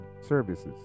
services